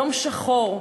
יום שחור,